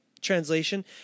translation